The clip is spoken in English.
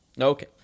Okay